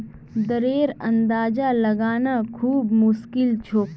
दरेर अंदाजा लगाना खूब मुश्किल छोक